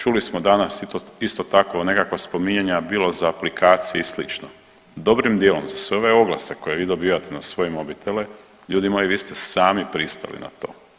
Čuli smo danas isto tako nekakva spominjanja bilo za aplikacije i sl. dobrim dijelom za sve ove oglase koje vi dobivate na svoje mobitele, ljudi moji vi ste sami pristali na to.